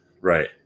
right